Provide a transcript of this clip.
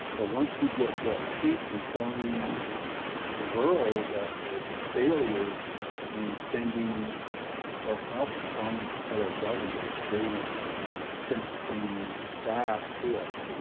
but once we get that piece in telling the rural, that there's a failure in sending help from the federal government they sent some staff to us. you know,